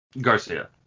Garcia